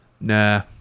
Nah